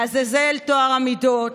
לעזאזל טוהר המידות,